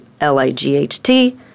L-I-G-H-T